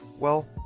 well,